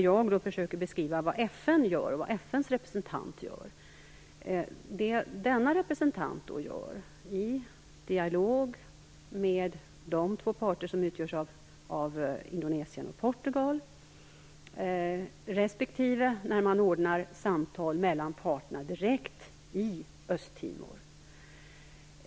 Jag försöker beskriva vad FN och FN:s representant gör. Denna representant ordnar dialoger mellan de två parter som utgörs av Indonesien och Portugal och samtal mellan parterna direkt i Östtimor.